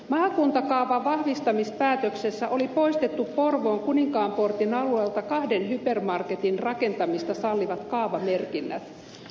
maakuntakaavan vahvistamispäätöksessä oli poistettu porvoon kuninkaanportin alueelta kahden hypermarketin rakentamista sallivat kaavamerkinnät